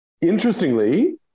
Interestingly